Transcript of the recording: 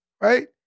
right